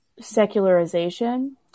secularization